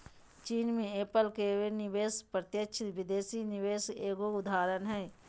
चीन मे एप्पल के निवेश प्रत्यक्ष विदेशी निवेश के एगो उदाहरण हय